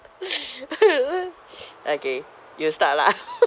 okay you start lah